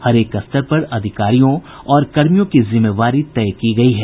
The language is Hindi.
हरेक स्तर पर अधिकारियों और कर्मियों की जिम्मेवारी तय की गयी है